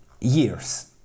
years